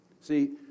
see